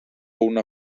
una